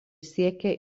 siekia